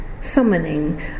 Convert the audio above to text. summoning